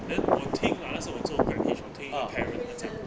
then 我听 lah 那时候我做 parentage or 听 your parent 那张